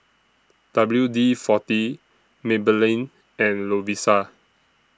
W D forty Maybelline and Lovisa